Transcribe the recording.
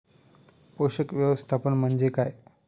पोषक व्यवस्थापन म्हणजे काय?